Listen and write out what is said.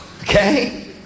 Okay